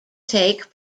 take